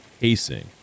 pacing